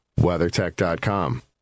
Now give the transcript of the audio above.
WeatherTech.com